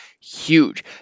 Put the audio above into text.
huge